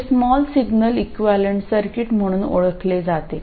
हे small signal equivalent circuit म्हणून ओळखले जाते